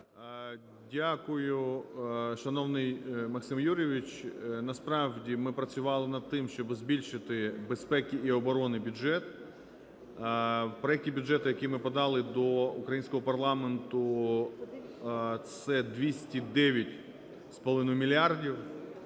Дякую, шановний Максим Юрійович. Насправді ми працювали над тим, щоби збільшити безпеки і оборони бюджет. В проекті бюджету, який ми подали до українського парламенту, це 209,5 мільярдів,